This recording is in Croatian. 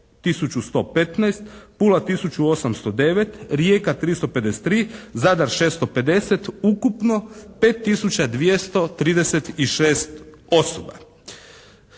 1115, Pula 1809, Rijeka 353, Zadar 650. Ukupno 5236 osoba.